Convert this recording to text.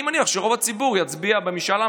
ואני מניח שרוב הציבור יצביע במשאל עם,